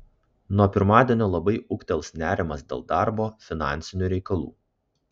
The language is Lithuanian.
nuo pirmadienio labai ūgtels nerimas dėl darbo finansinių reikalų